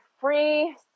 free